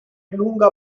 lungo